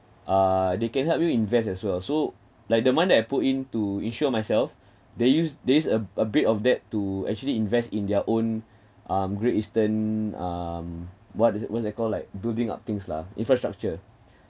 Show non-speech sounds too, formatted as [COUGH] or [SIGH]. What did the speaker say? uh they can help you invest as well so like the month that I put in to insure myself [BREATH] there is there is a a bit of that to actually invest in their own um Great Eastern um what is it what's that called like building up things lah infrastructure